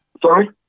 Sorry